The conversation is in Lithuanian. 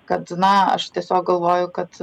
kad na aš tiesiog galvoju kad